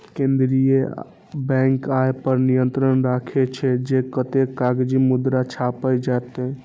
केंद्रीय बैंक अय पर नियंत्रण राखै छै, जे कतेक कागजी मुद्रा छापल जेतै